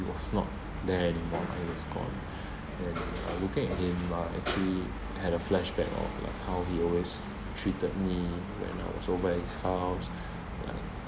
he was not there anymore like he was gone and uh looking at him I actually had a flashback of like how he always treated me when I was over at his house like